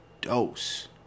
dose